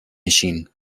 machine